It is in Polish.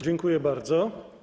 Dziękuję bardzo.